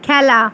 খেলা